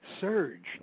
surged